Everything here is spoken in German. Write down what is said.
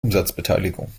umsatzbeteiligung